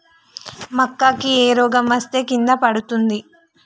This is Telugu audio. మక్కా కి ఏ రోగం వస్తే కింద పడుతుంది?